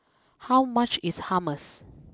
how much is Hummus